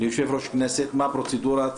ליושב-ראש כנסת, מה הפרוצדורה?